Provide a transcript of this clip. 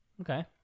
Okay